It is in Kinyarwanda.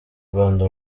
rwanda